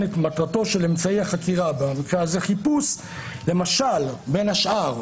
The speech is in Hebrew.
את מטרתו של אמצעי החקירה במקרה הזה חיפוש למשל בין השאר,